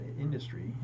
industry